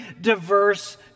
diverse